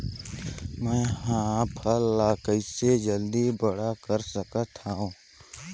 मैं ह फल ला कइसे जल्दी बड़ा कर सकत हव?